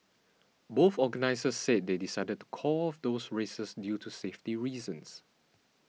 both organisers said they decided to call off those races due to safety reasons